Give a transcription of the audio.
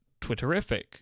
Twitterific